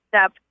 step